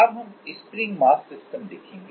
अब हम spring mass system देखेंगे